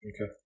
Okay